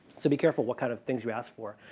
so be careful what kind of things you ask for.